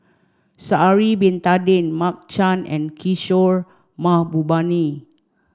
Sha'ari bin Tadin Mark Chan and Kishore Mahbubani